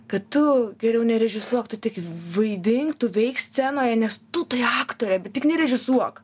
kad tu geriau nerežisuok tu tik vaidink tu veik scenoje nes tu tai aktorė bet tik nerežisuok